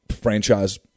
franchise